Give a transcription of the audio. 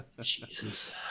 Jesus